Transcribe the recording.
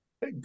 Hey